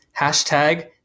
Hashtag